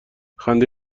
خنده